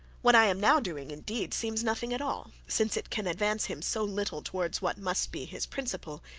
what i am now doing indeed, seems nothing at all, since it can advance him so little towards what must be his principal,